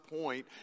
point